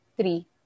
three